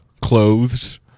Clothes